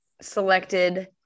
selected